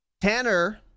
Tanner